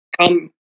come